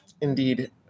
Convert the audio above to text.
Indeed